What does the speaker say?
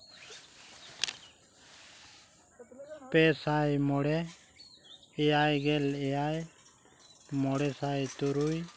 ᱯᱮᱥᱟᱭ ᱢᱚᱬᱮ ᱮᱭᱟᱭᱜᱮᱞ ᱮᱭᱟᱭ ᱢᱚᱬᱮᱥᱟᱭ ᱛᱩᱨᱩᱭ